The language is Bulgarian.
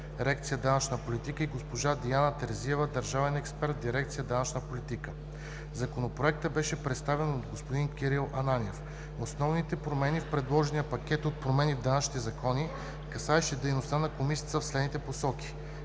Дирекция „Данъчна политика“, и госпожа Диана Терзиева – държавен експерт в Дирекция „Данъчна политика“. Законопроектът беше представен от господин Кирил Ананиев. Основните промени в предложния пакет от промени в данъчните закони, касаещи дейността на Комисията, са в следните посоки: